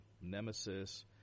Nemesis